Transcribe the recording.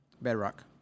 Bedrock